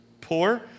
poor